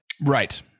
Right